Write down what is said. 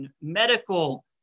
medical